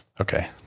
okay